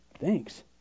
Thanks